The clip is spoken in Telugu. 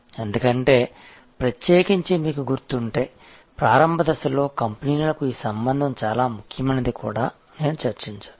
ఎందుకంటే ప్రత్యేకించి మీకు గుర్తుంటే ప్రారంభ దశలో కంపెనీలకు ఈ సంబంధం చాలా ముఖ్యమైనదని కూడా నేను చర్చించాను